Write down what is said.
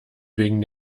wegen